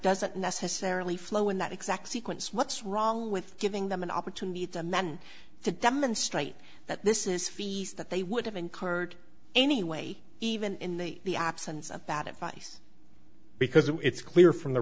doesn't necessarily flow in that exact sequence what's wrong with giving them an opportunity to amend to demonstrate that this is fees that they would have incurred anyway even in the absence of bad advice because it's clear from the